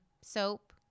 soap